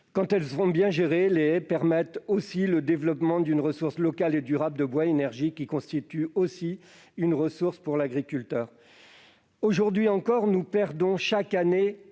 Quand elles sont bien gérées, elles permettent le développement d'une ressource locale et durable de bois énergie, ce qui constitue une ressource supplémentaire pour les agriculteurs. Aujourd'hui encore, nous perdons chaque année